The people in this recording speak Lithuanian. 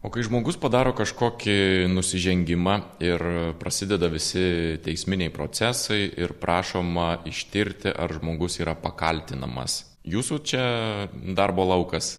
o kai žmogus padaro kažkokį nusižengimą ir prasideda visi teisminiai procesai ir prašoma ištirti ar žmogus yra pakaltinamas jūsų čia darbo laukas